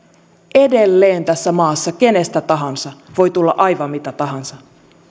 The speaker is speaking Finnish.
edelleen tässä maassa kenestä tahansa voi tulla aivan mitä tahansa